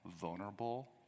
vulnerable